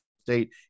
State